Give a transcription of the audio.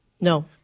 No